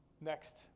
Next